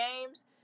games